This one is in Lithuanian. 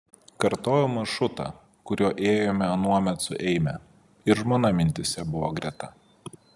kartojau maršrutą kuriuo ėjome anuomet su eime ir žmona mintyse buvo greta